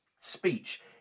speech